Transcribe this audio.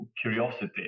curiosity